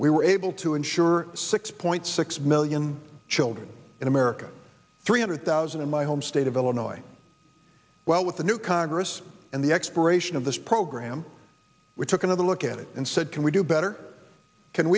we were able to insure six point six million children in america three hundred thousand in my home state of illinois well with the new congress and the expiration of this program we took another look at it and said can we do better can